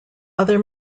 other